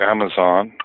Amazon